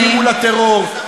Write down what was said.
תראו שאתם חזקים מול הטרור.